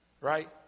Right